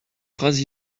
phrases